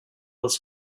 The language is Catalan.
els